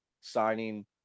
signing